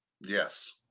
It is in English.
Yes